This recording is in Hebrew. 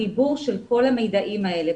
החיבור של כל המידעים האלה,